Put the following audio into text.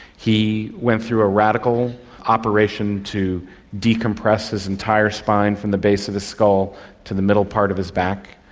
he went through a radical operation operation to decompress his entire spine from the base of his skull to the middle part of his back,